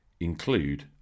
include